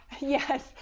Yes